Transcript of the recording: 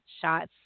shots